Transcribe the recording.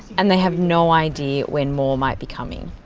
and they have no idea when more might be coming.